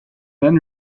then